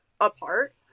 apart